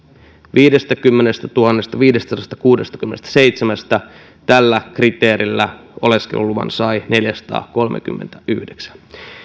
viidestäkymmenestätuhannestaviidestäsadastakuudestakymmenestäseitsemästä tällä kriteerillä oleskeluluvan sai neljäsataakolmekymmentäyhdeksän